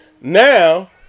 Now